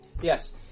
Yes